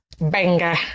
Banger